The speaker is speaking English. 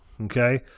okay